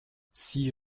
six